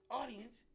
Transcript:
audience